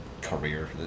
career